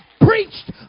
preached